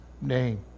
name